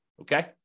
okay